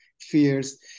fears